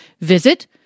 visit